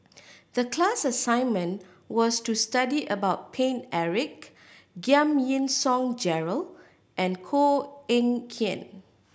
the class assignment was to study about Paine Eric Giam Yean Song Gerald and Koh Eng Kian